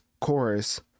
chorus